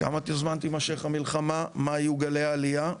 כמה זמן תימשך המלחמה, מה יהיו גלי העלייה,